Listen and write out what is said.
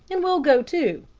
and we'll go, too,